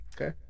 Okay